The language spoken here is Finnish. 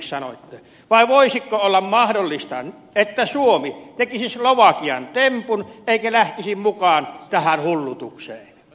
vai voisiko olla mahdollista että suomi tekisi slovakian tempun eikä lähtisi mukaan tähän hullutukseen